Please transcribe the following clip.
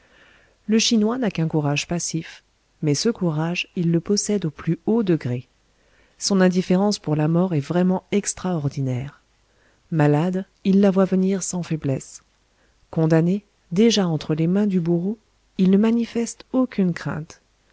le chinois n'a qu'un courage passif mais ce courage il le possède au plus haut degré son indifférence pour la mort est vraiment extraordinaire malade il la voit venir sans faiblesse condamné déjà entre les mains du bourreau il ne manifeste aucune crainte